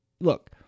look